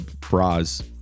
bras